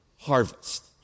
harvest